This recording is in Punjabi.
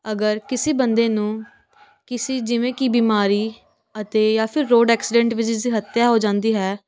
ਅਗਰ ਕਿਸੇ ਬੰਦੇ ਨੂੰ ਕਿਸੇ ਜਿਵੇਂ ਕਿ ਬਿਮਾਰੀ ਅਤੇ ਜਾਂ ਫਿਰ ਰੋਡ ਐਕਸੀਡੈਂਟ ਵਿੱਚ ਜਿਸ ਦੀ ਹੱਤਿਆ ਹੋ ਜਾਂਦੀ ਹੈ